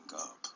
up